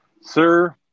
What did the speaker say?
sir